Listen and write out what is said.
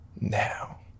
now